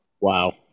wow